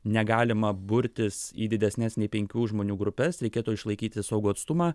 negalima burtis į didesnes nei penkių žmonių grupes reikėtų išlaikyti saugų atstumą